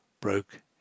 broke